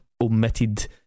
omitted